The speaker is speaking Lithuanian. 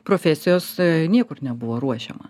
profesijos niekur nebuvo ruošiama